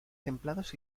templados